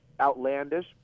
outlandish